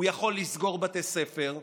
הוא יכול לסגור בתי ספר,